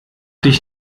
dich